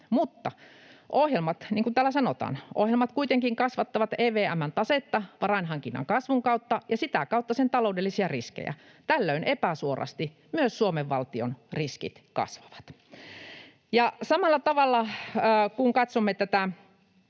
”Ohjelmat kuitenkin kasvattavat EVM:n tasetta varainhankinnan kasvun kautta ja sitä kautta sen taloudellisia riskejä. Tällöin epäsuorasti myös Suomen valtion riskit kasvavat.” Ja samalla tavalla, kun katsomme tätä,